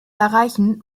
erreichen